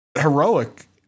heroic